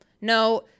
no